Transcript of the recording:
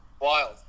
Wild